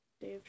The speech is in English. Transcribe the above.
Dave